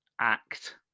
act